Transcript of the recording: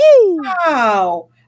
Wow